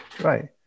right